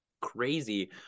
crazy